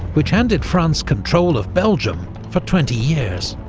which handed france control of belgium for twenty years.